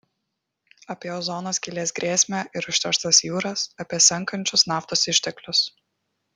apie ozono skylės grėsmę ir užterštas jūras apie senkančius naftos išteklius